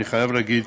אני חייב להגיד